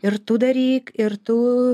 ir tu daryk ir tu